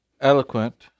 eloquent